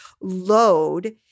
load